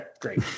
great